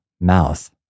mouth